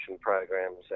programs